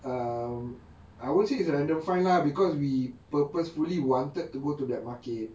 um I wouldn't say it's a random find lah because we purposefully wanted to go to that market